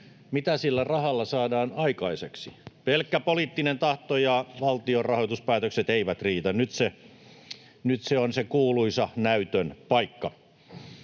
mitä sillä rahalla saadaan aikaiseksi. Pelkkä poliittinen tahto ja valtion rahoituspäätökset eivät riitä. Nyt on se kuuluisa näytön paikka.